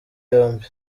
yombi